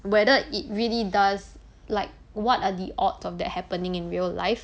whether it really does like what are the odds of that happening in real life